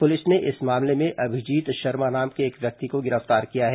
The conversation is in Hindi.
पुलिस ने इस मामले में अभिजीत शर्मा नाम के एक व्यक्ति को गिरफ्तार किया है